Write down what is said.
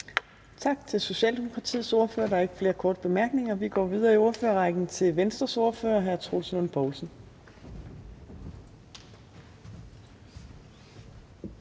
Tak til Socialdemokratiets ordfører. Der er ikke flere korte bemærkninger. Vi går videre i ordførerrækken til Venstres ordfører, hr. Troels Lund Poulsen.